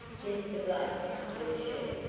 mr. blake, said she,